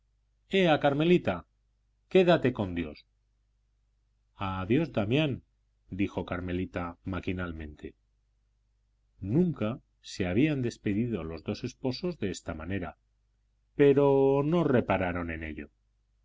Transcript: ea carmelita quédate con dios adiós damián dijo carmelita maquinalmente nunca se habían despedido los dos esposos de esta manera pero no repararon en ello